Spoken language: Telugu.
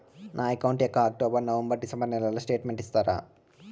నా అకౌంట్ యొక్క అక్టోబర్, నవంబర్, డిసెంబరు నెలల స్టేట్మెంట్ ఇస్తారా?